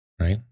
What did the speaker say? right